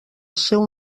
seu